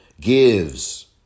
gives